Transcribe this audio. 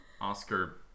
Oscar